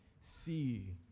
see